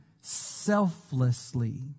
selflessly